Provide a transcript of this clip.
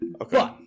Okay